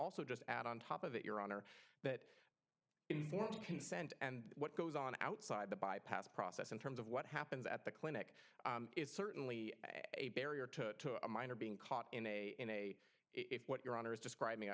also just add on top of that your honor that informed consent and what goes on outside the bypass process in terms of what happens at the clinic is certainly a barrier to a minor being caught in a in a if what your honor is describing